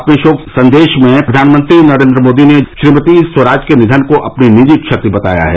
अपने शोक संदेश में प्रधानमंत्री श्री नरेन्द्र मोदी ने श्रीमती स्वराज के निधन को अपनी निजी क्षति बताया है